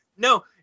no